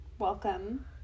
welcome